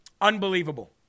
Unbelievable